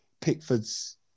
Pickford's